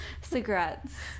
cigarettes